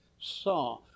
saw